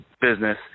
business